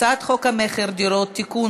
הצעת חוק המכר (דירות) (תיקון,